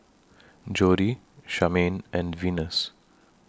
Jodie Charmaine and Venus